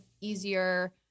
easier